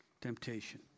Temptation